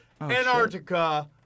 Antarctica